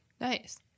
Nice